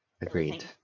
Agreed